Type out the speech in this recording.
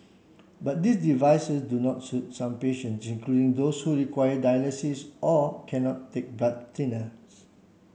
but these devices do not suit some patients including those who require dialysis or cannot take blood thinners